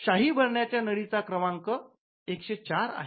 शाई भरण्याच्या नळीचा क्रमांक १०४ आहे